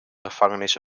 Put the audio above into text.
gevangenis